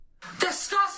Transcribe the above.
Disgusting